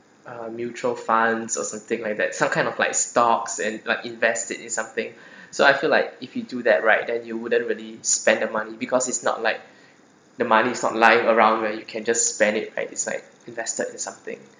uh mutual funds or something like that some kind of like stocks and like invest in something so I feel like if you do that right then you wouldn't really spend the money because it's not like the money is not lying around where you can just spend it like it's like invested in something